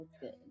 good